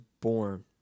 born